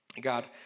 God